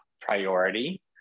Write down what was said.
priority